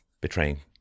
betraying